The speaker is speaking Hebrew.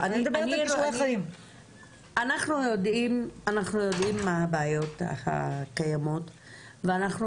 אנחנו יודעים מה הבעיות הקיימות ואנחנו